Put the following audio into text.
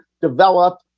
develop